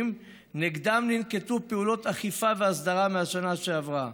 שנגדם ננקטו פעולות אכיפה והסדרה מהשנה שעברה.